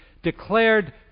declared